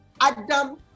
Adam